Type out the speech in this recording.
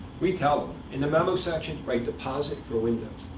we tell them, in the memo section, write, deposit for windows.